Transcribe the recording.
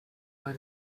let